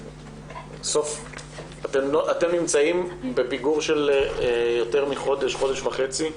אתם נמצאים בפיגור של יותר מחודש-חודש וחצי.